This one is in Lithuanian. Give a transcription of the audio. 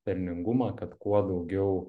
pelningumą kad kuo daugiau